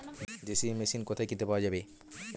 JCB machine কোথায় কিনতে পাওয়া যাবে?